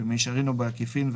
במישרין או בעקיפין,